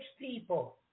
people